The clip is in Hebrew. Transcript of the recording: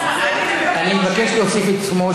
אני מבקשת שתוסיף את שמי.